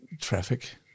Traffic